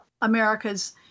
America's